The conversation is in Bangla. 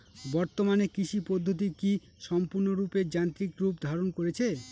বর্তমানে কৃষি পদ্ধতি কি সম্পূর্ণরূপে যান্ত্রিক রূপ ধারণ করেছে?